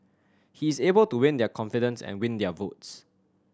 he is able to win their confidence and win their votes